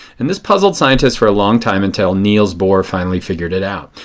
and this puzzled scientists for a long time until niels bohr finally figured it out.